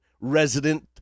resident